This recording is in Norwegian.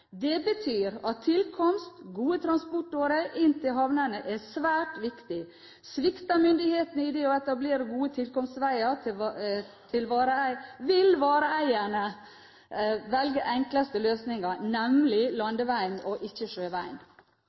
Det betyr at tilkomst – gode transportårer inn til havnene – er svært viktig. Svikter myndighetene når det gjelder å etablere gode tilkomstveier, vil vareeierne velge den enkleste løsning, nemlig landeveien og ikke sjøveien.